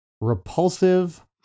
repulsive